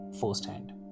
firsthand